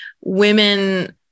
women